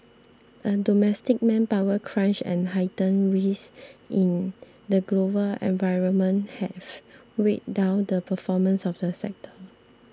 a domestic manpower crunch and heightened risk in the global environment have weighed down the performance of the sector